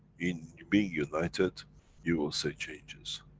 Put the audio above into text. in being united you will see changes,